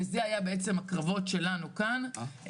וזה היה בעצם הקרבות שלנו כאן,